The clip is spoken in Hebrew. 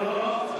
כן, למה לא?